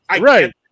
Right